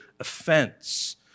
offense